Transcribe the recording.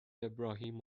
ابراهیم